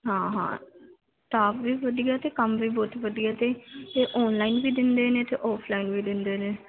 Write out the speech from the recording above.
ਹਾਂ ਹਾਂ ਸਟਾਫ਼ ਵੀ ਵਧੀਆ ਅਤੇ ਕੰਮ ਵੀ ਬਹੁਤ ਵਧੀਆ ਅਤੇ ਅਤੇ ਆਨਲਾਈਨ ਵੀ ਦਿੰਦੇ ਨੇ ਅਤੇ ਆਫਲਾਈਨ ਵੀ ਦਿੰਦੇ ਨੇ